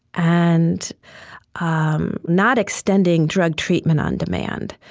and um not extending drug treatment on demand,